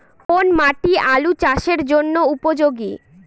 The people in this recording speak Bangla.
কোন মাটি আলু চাষের জন্যে উপযোগী?